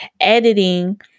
editing